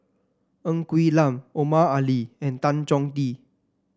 Ng Quee Lam Omar Ali and Tan Chong Tee